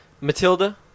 Matilda